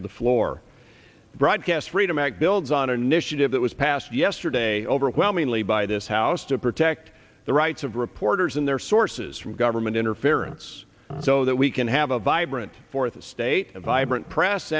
to the floor broadcast freedom act builds on a initiative that was passed yesterday overwhelmingly by this house to protect the rights of reporters and their sources from government interference so that we can have a vibrant fourth state a vibrant press